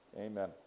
Amen